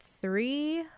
three